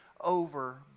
over